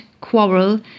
quarrel